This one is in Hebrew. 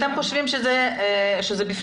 אתם חושבים שזה בפנים,